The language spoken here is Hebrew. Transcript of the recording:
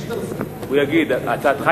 היא לכלל ישראל,